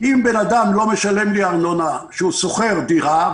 אם בן אדם לא משלם לי ארנונה כשהוא שוכר דירה,